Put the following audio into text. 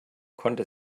konnte